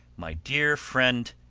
my dear friend,